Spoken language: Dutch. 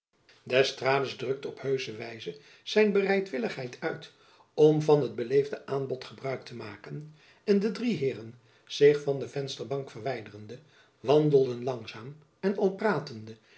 durf d'estrades drukte op heusche wijze zijn bereidwilligheid uit om van het beleefde aanbod gebruik te maken en de drie heeren zich van de vensterbank verwijderende wandelden langzaam en